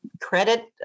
credit